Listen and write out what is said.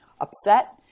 upset